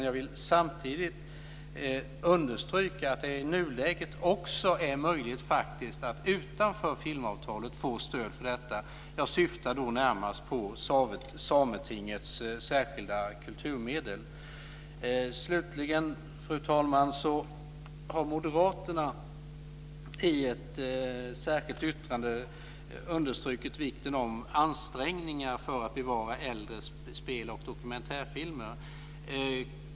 Jag vill dock samtidigt understryka att det i nuläget också är möjligt att utanför filmavtalet få stöd för detta. Jag syftar då på Sametingets särskilda kulturmedel. Slutligen, fru talman, har moderaterna i ett särskilt yttrande understrukit vikten av ansträngningar för att bevara äldre spel och dokumentärfilmer.